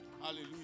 Hallelujah